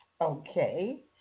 Okay